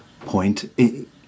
point